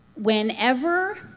whenever